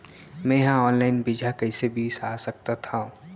मे हा अनलाइन बीजहा कईसे बीसा सकत हाव